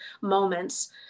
moments